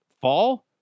fall